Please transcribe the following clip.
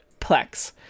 Plex